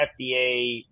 FDA